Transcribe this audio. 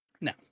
Now